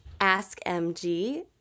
AskMG